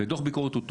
ודוח ביקורת הוא טוב.